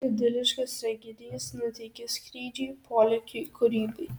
idiliškas reginys nuteikia skrydžiui polėkiui kūrybai